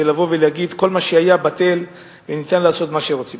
ולבוא ולהגיד: כל מה שהיה בטל ואפשר לעשות מה שרוצים.